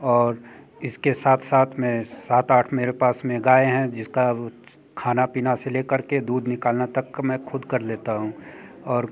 और इसके साथ साथ में सात आठ मेरे पास में गाय हैं जिसका खाना पीना से ले कर के दूध निकालना तक मैं ख़ुद कर लेता हूँ और